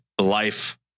life